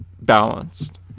balanced